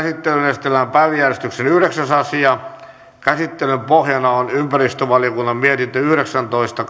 esitellään päiväjärjestyksen yhdeksäs asia käsittelyn pohjana on ympäristövaliokunnan mietintö yhdeksäntoista